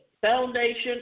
foundation